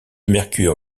mercure